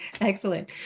Excellent